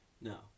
No